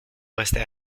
restait